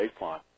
baseline